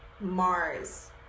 Mars